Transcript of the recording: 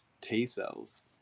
t-cells